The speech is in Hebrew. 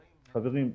חברים,